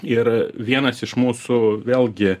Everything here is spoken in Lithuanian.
ir vienas iš mūsų vėlgi